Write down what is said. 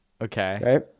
Okay